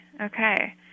okay